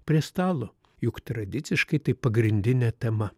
prie stalo juk tradiciškai tai pagrindinė tema